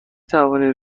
توانید